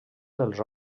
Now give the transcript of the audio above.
dels